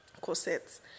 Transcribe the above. corsets